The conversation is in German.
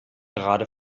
gerade